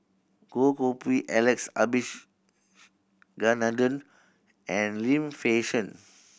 Goh Koh Pui Alex Abisheganaden and Lim Fei Shen